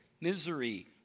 misery